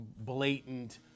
blatant